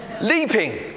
Leaping